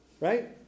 right